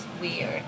weird